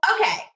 okay